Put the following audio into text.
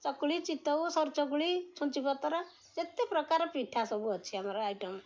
ଚକୁଳି ଚିତୋଉ ସରୁ ଚକୁଳି ଛୁଞ୍ଚି ପତ୍ର ଯେତେ ପ୍ରକାର ପିଠା ସବୁ ଅଛି ଆମର ଆଇଟମ